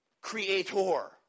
creator